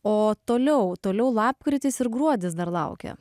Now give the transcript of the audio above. o toliau toliau lapkritis ir gruodis dar laukia